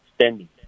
standing